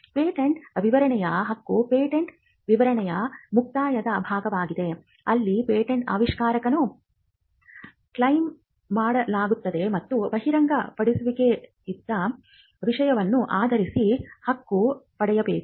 patent ವಿವರಣೆಯ ಹಕ್ಕು patent ವಿವರಣೆಯ ಮುಕ್ತಾಯದ ಭಾಗವಾಗಿದೆ ಅಲ್ಲಿ ಪೇಟೆಂಟ್ ಆವಿಷ್ಕಾರವನ್ನು ಕ್ಲೈಮ್ ಮಾಡಲಾಗುತ್ತದೆ ಮತ್ತು ಬಹಿರಂಗಪಡಿಸಿದ ವಿಷಯವನ್ನು ಆಧರಿಸಿ ಹಕ್ಕು ಪಡೆಯಬೇಕು